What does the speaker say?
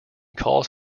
calls